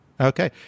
Okay